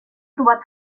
trobat